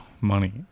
money